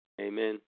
Amen